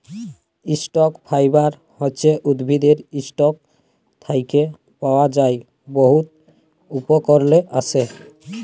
stock fibre হছে উদ্ভিদের ইসটক থ্যাকে পাওয়া যার বহুত উপকরলে আসে